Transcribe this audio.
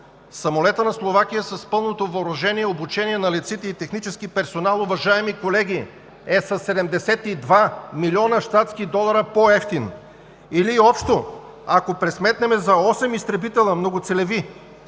самолетът на Словакия с пълното въоръжение, обучение на летците и технически персонал, уважаеми колеги, е по-евтин със 72 млн. щатски долара. Или общо, ако пресметнем за осем изтребителя многоцелеви,